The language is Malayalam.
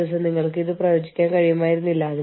അപ്പോൾ നിങ്ങൾക്ക് ഇത്രയധികം ആളുകളെ ഇനി ആവശ്യമില്ല